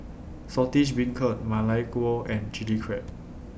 Saltish Beancurd Ma Lai Gao and Chilli Crab